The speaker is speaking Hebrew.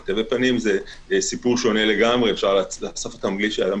כי תווי פנים זה סיפור אחר לגמרי - אפשר עם כל